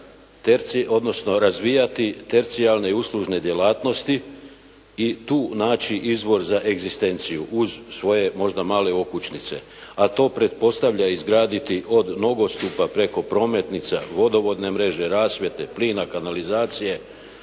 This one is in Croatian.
odnosno razvijati tercijalne i uslužne djelatnosti i tu naći izvor za egzistenciju uz svoje možda male okućnice a to pretpostavlja izgraditi od nogostupa preko prometnica vodovodne mreže, plina, kanalizacije,